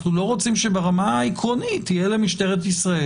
אנחנו לא רוצים שברמה העקרונית יהיה למשטרת ישראל